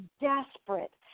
desperate